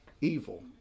evil